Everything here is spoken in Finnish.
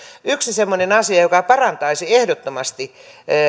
yksi semmoinen asia joka parantaisi ehdottomasti